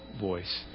voice